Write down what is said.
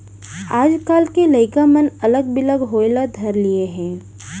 आजकाल के लइका मन अलग बिलग होय ल धर लिये हें